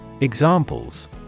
Examples